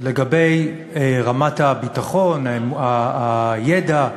על רמת הביטחון, הידע,